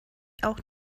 auch